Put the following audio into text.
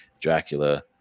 Dracula